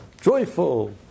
joyful